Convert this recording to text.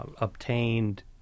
obtained